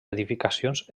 edificacions